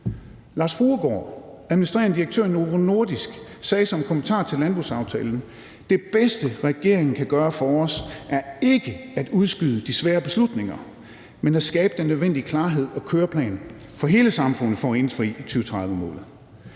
Lars Fruergaard Jørgensen, administrerende direktør i Novo Nordisk, sagde som kommentar til landbrugsaftalen: »Det bedste, regeringen kan gøre for os, er ikke at udskyde de svære beslutninger, men at skabe den nødvendige klarhed og køreplan for hele samfundet for at indfri 2030-målet.«